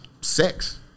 sex